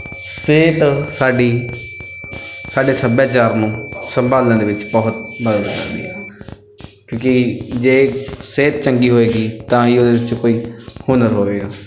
ਸਿਹਤ ਸਾਡੀ ਸਾਡੇ ਸੱਭਿਆਚਾਰ ਨੂੰ ਸੰਭਾਲਣ ਦੇ ਵਿੱਚ ਬਹੁਤ ਮਦਦ ਕਰਦੀ ਹੈ ਕਿਉਂਕਿ ਜੇ ਸਿਹਤ ਚੰਗੀ ਹੋਏਗੀ ਤਾਂ ਹੀ ਉਹਦੇ ਵਿੱਚ ਕੋਈ ਹੁਨਰ ਹੋਵੇਗਾ